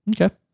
Okay